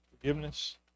Forgiveness